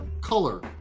color